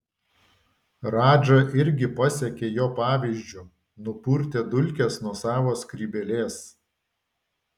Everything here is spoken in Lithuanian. radža irgi pasekė jo pavyzdžiu nupurtė dulkes nuo savo skrybėlės